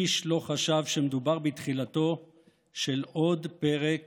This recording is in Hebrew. איש לא חשב שמדובר בתחילתו של עוד פרק